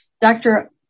Dr